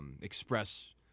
express